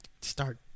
start